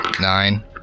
Nine